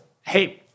hey